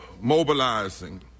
mobilizing